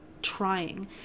trying